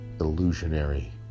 illusionary